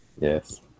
Yes